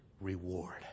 reward